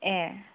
ए